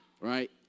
right